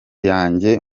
yanjye